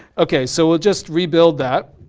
okay, so we'll just rebuild that.